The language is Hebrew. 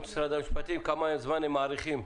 ממשרד המשפטים כמה זמן הם מעריכים.